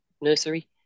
nursery